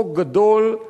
חוק גדול,